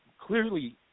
clearly